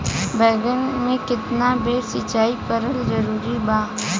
बैगन में केतना बेर सिचाई करल जरूरी बा?